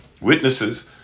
witnesses